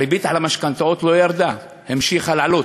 והריבית על המשכנתאות לא ירדה, המשיכה לעלות,